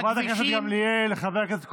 חברת הכנסת גמליאל, חבר הכנסת קושניר,